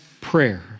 prayer